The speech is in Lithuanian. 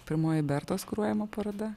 pirmoji bertos kuruojama paroda